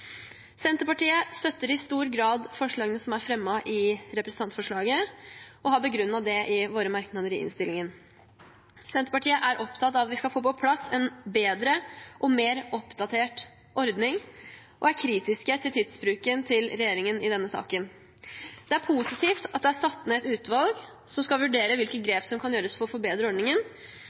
Senterpartiet støtter i stor grad forslagene som er fremmet i representantforslaget, og har begrunnet det i våre merknader i innstillingen. Senterpartiet er opptatt av at vi skal få på plass en bedre og mer oppdatert ordning, og er kritisk til tidsbruken til regjeringen i denne saken. Det er positivt at det er satt ned et utvalg som skal vurdere hvilke grep som kan gjøres for å forbedre ordningen,